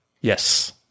Yes